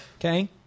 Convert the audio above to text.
okay